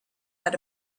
had